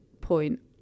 point